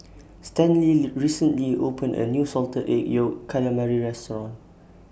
Stanley recently opened A New Salted Egg Yolk Calamari Restaurant